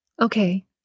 Okay